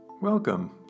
Welcome